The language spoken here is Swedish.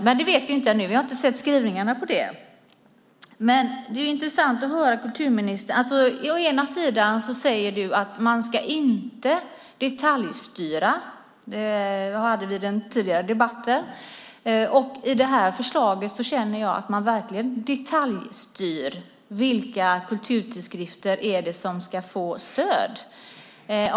Det vet vi dock inte ännu, för vi har inte sett skrivningarna på det. I förra debatten sade kulturministern att man inte ska detaljstyra, men här detaljstyr man verkligen vilka kulturtidskrifter som ska få stöd.